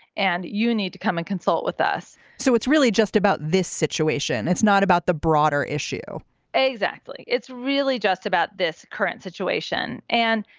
and you need to come and consult with us so it's really just about this situation. it's not about the broader issue exactly. it's really just about this current situation. and,